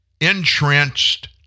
entrenched